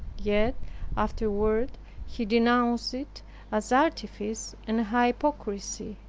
yet afterward he denounced it as artifice and hypocrisy.